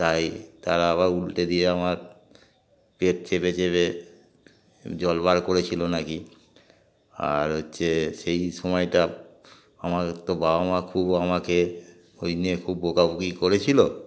তাই তারা আবার উল্টে দিয়ে আমার পেট চেপে চেপে জল বার করেছিলো নাকি আর হচ্ছে সেই সময়টা আমার তো বাবা মা খুব আমাকে ওই নিয়ে খুব বকাবকি করেছিলো